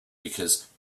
because